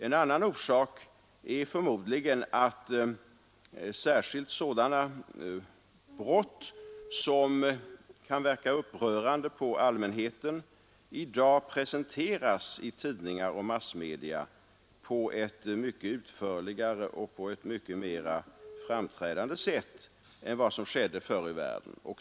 En annan orsak är förmodligen att särskilt sådana brott som kan verka upprörande på allmänheten i dag presenteras i tidningar och massmedia på ett mycket utförligare och mycket mera framträdande sätt än vad som skedde förr i världen.